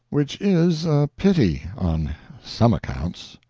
which is a pity, on some accounts.